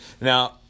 Now